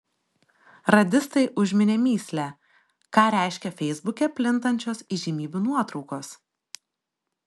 radistai užminė mįslę ką reiškia feisbuke plintančios įžymybių nuotraukos